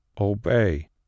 obey